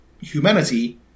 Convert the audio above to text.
humanity